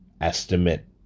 estimate